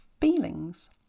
feelings